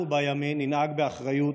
אנחנו בימין ננהג באחריות,